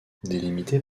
délimitée